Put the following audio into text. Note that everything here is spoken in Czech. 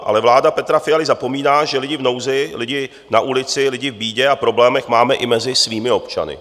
Ale vláda Petra Fialy zapomíná, že lidi v nouzi, lidi na ulici, lidi v bídě a problémech máme i mezi svými občany.